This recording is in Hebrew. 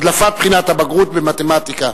הדלפת בחינת הבגרות במתמטיקה.